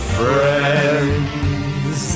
friends